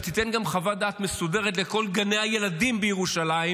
שתינתן גם חוות דעת מסודרת לכל גני הילדים בירושלים